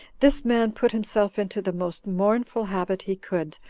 this man put himself into the most mournful habit he could,